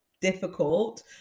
difficult